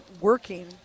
working